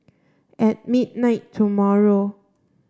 at midnight tomorrow